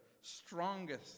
strongest